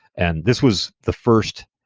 and this was the first